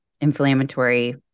inflammatory